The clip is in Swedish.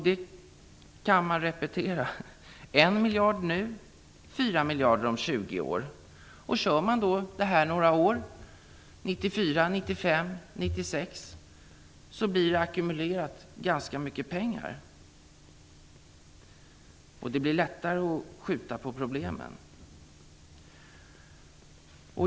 Det kan man repetera: 1 miljard nu, 4 miljarder om 20 år. Kör man det här några år -- 1994, 1995, 1996 -- blir det ackumulerat ganska mycket pengar. Det blir lättare att skjuta på problemen.